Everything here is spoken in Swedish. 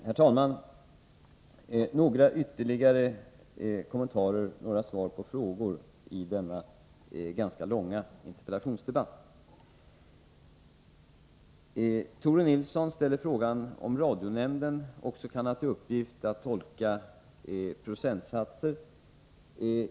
Herr talman! Jag har några ytterligare kommentarer och några svar på frågor i denna ganska långa interpellationsdebatt. Tore Nilsson ställde frågan om radionämnden också kan ha till uppgift att tolka procentsatser.